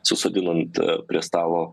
susodinant prie stalo